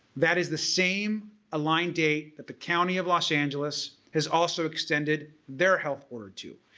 that is the same aligned date that the county of los angeles has also extended their health order too.